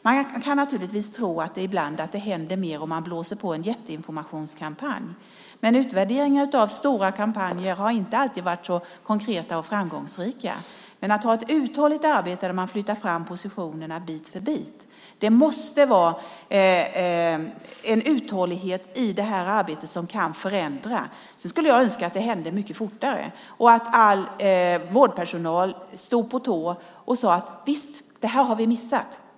Man kan naturligtvis tro att det händer mer om man blåser i gång en jätteinformationskampanj, men utvärderingar av stora kampanjer har inte alltid varit så konkreta och framgångsrika. Att ha ett uthålligt arbete där man bit för bit flyttar fram positionerna måste vara bättre. Det måste finnas en uthållighet i det här arbetet som kan förändra. Sedan skulle jag önska att det gick fortare och att all vårdpersonal stod på tå och sade: Visst, det här har vi missat.